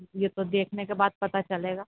یہ تو دیکھنے کے بعد پتہ چلے گا